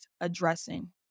addressing